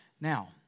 Now